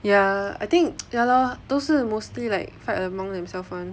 ya I think ya lor 都是 mostly like fight among themself [one]